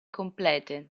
complete